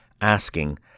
asking